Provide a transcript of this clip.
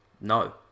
No